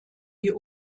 die